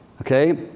Okay